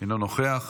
אינו נוכח,